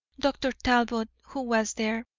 dr. talbot, who was there,